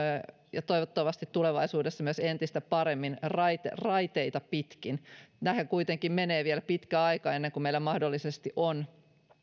ja toivottavasti tulevaisuudessa entistä paremmin myös raiteita pitkin tähän kuitenkin menee vielä pitkä aika ennen kuin meillä mahdollisesti on